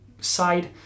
side